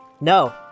No